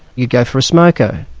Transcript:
you go for a smoko.